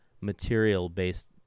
material-based